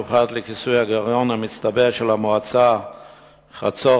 מיוחד לכיסוי הגירעון המצטבר של המועצה בחצור,